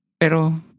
pero